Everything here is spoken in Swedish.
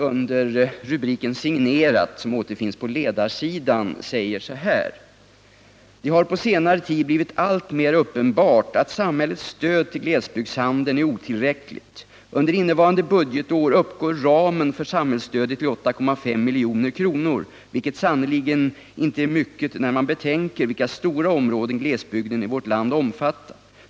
Under rubriken Signerat, som återfinns på ledarsidan, kan man läsa följande: ”Det har på senare tid blivit alltmer uppenbart att samhällets stöd till glesbygdshandeln är otillräckligt. Under innevarande budgetår uppgår ramen för samhällsstödet till 8,5 milj kr, vilket sannerligen inte är mycket när man betänker vilka stora områden glesbygden i vårt land omfattar.